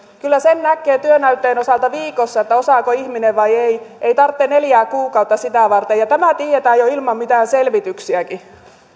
kyllä sen näkee työnäytteen osalta viikossa osaako ihminen vai ei ei tarvitse neljää kuukautta sitä varten tämä tiedetään jo ilman mitään selvityksiäkin